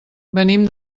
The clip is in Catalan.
venim